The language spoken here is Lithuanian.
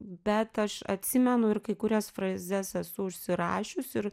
bet aš atsimenu ir kai kurias frazes esu užsirašiusi ir